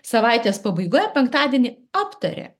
savaitės pabaigoje penktadienį aptaria